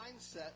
mindset